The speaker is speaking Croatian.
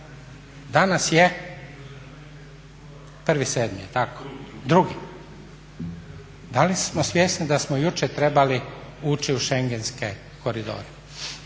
danas je 2.7., da li smo svjesni da smo jučer trebali ući u schengenske koridore?